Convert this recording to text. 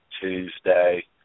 Tuesday